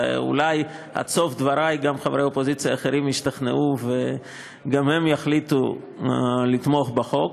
ואולי עד סוף דברי גם חברי אופוזיציה אחרים ישתכנעו ויחליטו לתמוך בחוק.